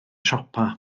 siopa